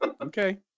Okay